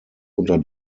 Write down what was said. unter